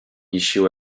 issued